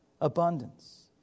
abundance